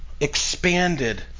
expanded